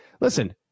listen